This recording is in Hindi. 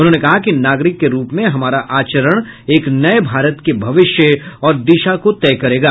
उन्होंने कहा कि नागरिक के रूप में हमारा आचरण एक नए भारत के भविष्य और दिशा को तय करेगा